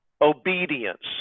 obedience